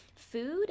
food